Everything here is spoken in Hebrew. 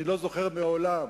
אני לא זוכר מעולם